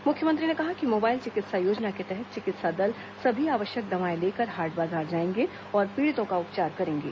मुख्यमंत्री ने कहा कि मोबाइल चिकित्सा योजना के तहत चिकित्सा दल सभी आवश्यक दवाएं लेकर हाट बाजार जाएंगे और पीड़ितों का उपचार करेंगे